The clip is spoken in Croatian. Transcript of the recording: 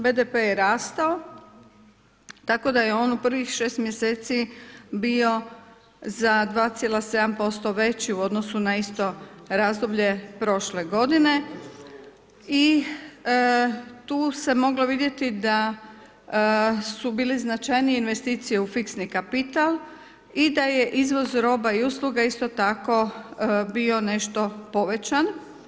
BDP je rastao, tako da je on u prvih 6 mjeseci bio za 2,7% veći u odnosu na isto razdoblje prošle godine i tu se moglo vidjeti da su bili značajnije investicije u fiksni kapital i da je izvoz roba i usluga isto tako bio nešto povećan.